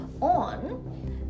on